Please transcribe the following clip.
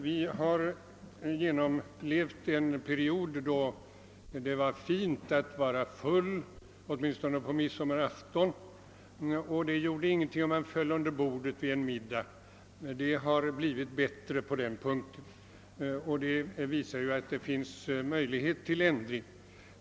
Vi har genomlevt en period då det var fint att vara full — åtminstone på midsommarafton. Det gjorde ingenting om man föll under bordet vid en middag. Det har blivit bättre därvidlag, och det visar att det finns möjlighet att få till stånd en ändring.